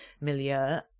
milieu